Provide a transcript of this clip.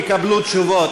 יקבלו תשובות.